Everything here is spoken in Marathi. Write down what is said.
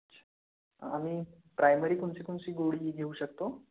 आणि प्रायमरी कोनसी कोनसी गोळी घेऊ शकतो